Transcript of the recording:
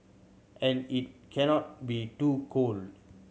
and it cannot be too cold